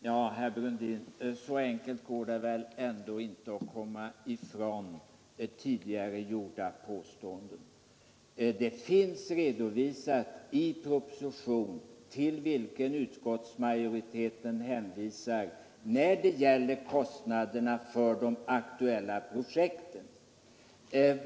Herr talman! Så enkelt går det väl ändå inte att komma ifrån tidigare gjorda påståenden. I den proposition, till vilken utskottsmajoriteten hänvisar, finns kostnaderna för de aktuella projekten redovisade.